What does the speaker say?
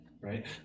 Right